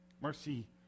Mercy